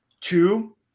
Two